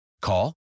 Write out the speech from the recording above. Call